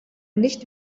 nicht